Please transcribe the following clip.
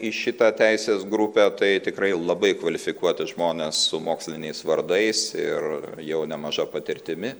į šitą teisės grupę tai tikrai labai kvalifikuoti žmonės su moksliniais vardais ir jau nemaža patirtimi